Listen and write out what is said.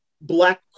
Black